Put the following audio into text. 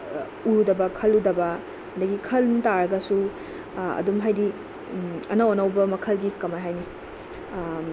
ꯎꯗꯕ ꯈꯜꯂꯨꯗꯕ ꯑꯗꯒꯤ ꯈꯟꯇꯥꯔꯒꯁꯨ ꯑꯗꯨꯝ ꯍꯥꯏꯗꯤ ꯑꯅꯧ ꯑꯅꯧꯕ ꯃꯈꯜꯒꯤ ꯀꯃꯥꯏꯅ ꯍꯥꯏꯅꯤ